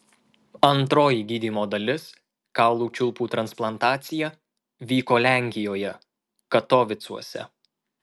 antroji gydymo dalis kaulų čiulpų transplantacija vyko lenkijoje katovicuose